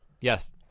Yes